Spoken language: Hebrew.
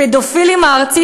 הפדופילים הארצית,